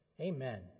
Amen